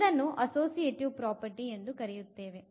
ಇದನ್ನು associative property ಎಂದು ಕರೆಯುತ್ತೇವೆ